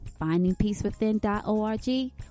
FindingPeaceWithin.org